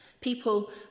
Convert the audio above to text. People